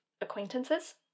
acquaintances